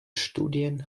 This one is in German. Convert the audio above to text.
studien